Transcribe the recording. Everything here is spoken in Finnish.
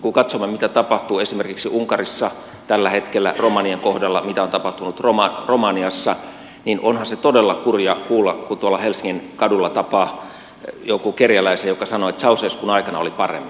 kun katsomme mitä tapahtuu esimerkiksi unkarissa tällä hetkellä romanien kohdalla mitä on tapahtunut romaniassa niin onhan se todella kurja kuulla kun tuolla helsingin kadulla tapaa jonkun kerjäläisen joka sanoo että ceausescun aikana oli paremmin